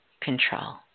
control